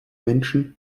menschen